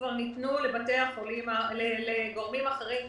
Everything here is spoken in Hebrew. כבר ניתנו לגורמים אחרים,